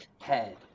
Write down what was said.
head